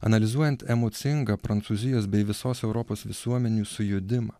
analizuojant emocingą prancūzijos bei visos europos visuomenių sujudimą